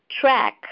track